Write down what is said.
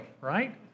right